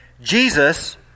Jesus